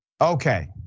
Okay